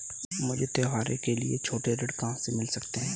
मुझे त्योहारों के लिए छोटे ऋण कहाँ से मिल सकते हैं?